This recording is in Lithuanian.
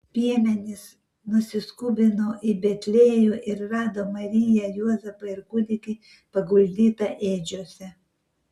piemenys nusiskubino į betliejų ir rado mariją juozapą ir kūdikį paguldytą ėdžiose